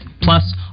Plus